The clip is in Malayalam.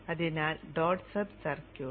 അതിനാൽ ഡോട്ട് സബ് സർക്യൂട്ട്